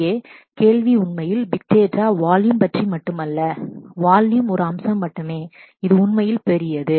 இங்கே கேள்வி உண்மையில் பிக் டேட்டா வால்யும் volume பற்றி மட்டுமல்ல வால்யும் ஒரு அம்சம் மட்டுமே இது உண்மையில் பெரியது